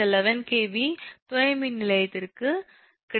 இந்த 11 kv துணை மின்நிலையத்திற்கு கிடைக்கும்